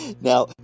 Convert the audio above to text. Now